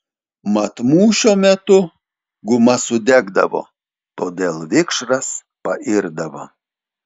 mat mūšio metu guma sudegdavo todėl vikšras pairdavo